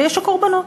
ויש הקורבנות.